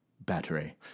battery